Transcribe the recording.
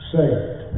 Saved